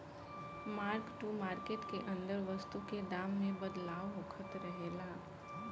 mark to market के अंदर वस्तु के दाम में बदलाव होखत रहेला